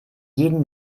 jeden